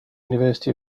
university